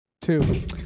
Two